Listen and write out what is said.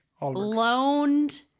loaned